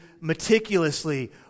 meticulously